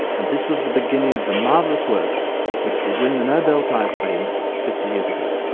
and this was the beginning of the marvellous work which would win the nobel prize for him fifty years ago.